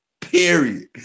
Period